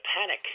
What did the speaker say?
panic